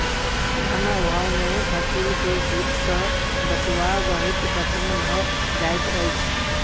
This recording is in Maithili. धन अभाव में फसील के कीट सॅ बचाव बहुत कठिन भअ जाइत अछि